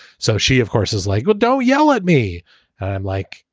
so she, of course is like, well, don't yell at me. i'm like,